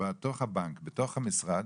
בתוך הבנק, בתוך המשרד,